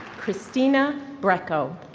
christina brecko.